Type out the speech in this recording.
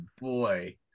boy